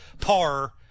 par